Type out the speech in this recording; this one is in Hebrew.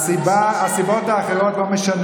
מה שהיה בחדר יישאר